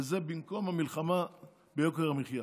וזה במקום המלחמה ביוקר המחיה.